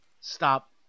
stop